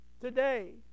today